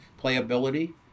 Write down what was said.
playability